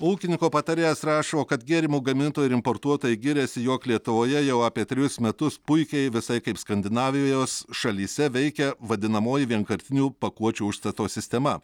ūkininko patarėjas rašo kad gėrimų gamintojai ir importuotojai giriasi jog lietuvoje jau apie trejus metus puikiai visai kaip skandinavijos šalyse veikia vadinamoji vienkartinių pakuočių užstato sistema